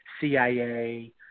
CIA